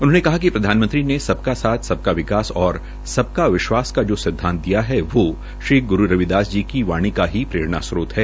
उन्होनें कहा कि प्रधानमंत्री ने सबका साथ सबका विकास और सबका विश्वास का जो सिद्धांत दिया है वह श्री ग्रू रविदास जी की वाणी का ही प्रेरणा स्त्रोत है